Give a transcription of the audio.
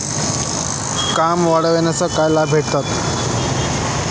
विमा काढण्याचे काय लाभ मिळतात?